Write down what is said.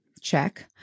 Check